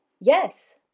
yes